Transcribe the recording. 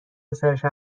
پسرش